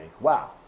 wow